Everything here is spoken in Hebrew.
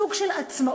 סוג של עצמאות,